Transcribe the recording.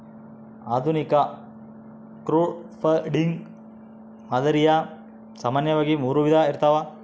ಆಧುನಿಕ ಕ್ರೌಡ್ಫಂಡಿಂಗ್ ಮಾದರಿಯು ಸಾಮಾನ್ಯವಾಗಿ ಮೂರು ವಿಧ ಇರ್ತವ